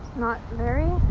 not very